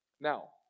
Now